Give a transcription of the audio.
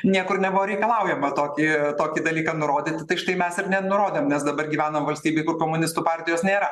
niekur nebuvo reikalaujama tokį tokį dalyką nurodyti tai štai mes ir nenurodėm nes dabar gyvenam valstybėj kur komunistų partijos nėra